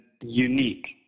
unique